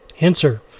Answer